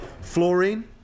Fluorine